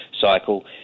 cycle